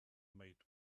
made